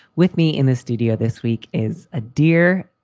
with me in the studio this week is a dear,